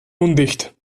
undicht